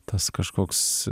tas kažkoks